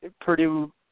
Purdue